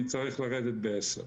אני צריך לרדת בשעה עשר.